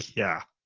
yeah.